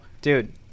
Dude